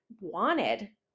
wanted